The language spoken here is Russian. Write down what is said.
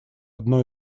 одно